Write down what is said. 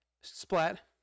Splat